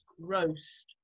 roast